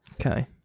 Okay